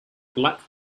black